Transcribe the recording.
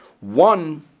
One